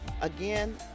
again